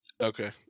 Okay